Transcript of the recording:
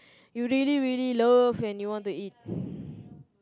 you really really love and you want to eat